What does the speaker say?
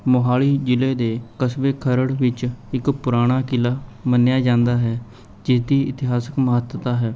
ਮੋਹਾਲੀ ਜਿਲ੍ਹੇ ਦੇ ਕਸਬੇ ਖਰੜ ਵਿੱਚ ਇੱਕ ਪੁਰਾਣਾ ਕਿਲ੍ਹਾ ਮੰਨਿਆਂ ਜਾਂਦਾ ਹੈ ਜਿਸ ਦੀ ਇਤਿਹਾਸਿਕ ਮਹੱਤਤਾ ਹੈ